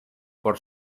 por